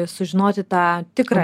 sužinoti tą tikrą